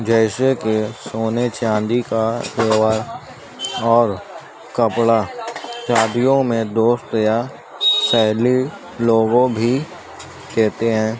جیسے کہ سونے چاندی کا زیور اور کپڑا شادیوں میں دوست یا سہیلی لوگوں بھی دیتے ہیں